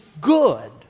good